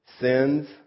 sins